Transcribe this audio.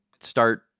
start